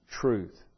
truth